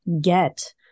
get